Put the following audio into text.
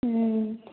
हुँ